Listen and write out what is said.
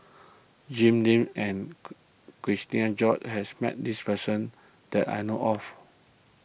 Jim Lim and Cherian George has met this person that I know of